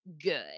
good